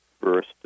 first